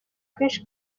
kwinshi